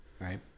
Right